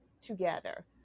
together